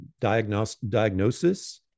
diagnosis